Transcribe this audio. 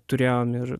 turėjom ir